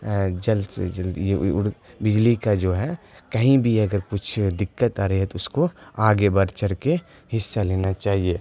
جلد سے جلد یہ اڑ بجلی کا جو ہے کہیں بھی اگر کچھ دقت آ رہی ہے تو اس کو آگے بڑھ چڑھ کے حصہ لینا چاہیے